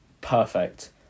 perfect